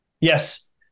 Yes